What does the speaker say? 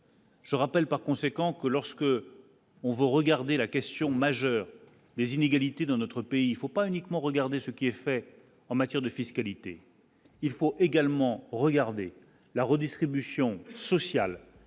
Je rappelle, par conséquent, que lorsque on vous regardez la question majeure des inégalités dans notre pays, il faut pas uniquement regarder ce qui est fait en matière de fiscalité. Il faut également regarder la redistribution sociale